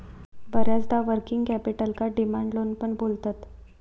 बऱ्याचदा वर्किंग कॅपिटलका demand loan पण बोलतत